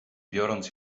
biorąc